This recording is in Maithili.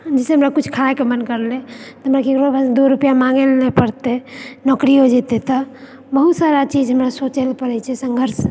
जैसे हमरा कुछ खाय के मन करलै हमरा दू रुपआ मांगे लऽ नहि पड़तै नौकरी हो जेतै तऽ बहुत सारा चीज हमरा सोचय लऽ पड़ै छै संघर्ष